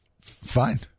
Fine